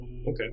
Okay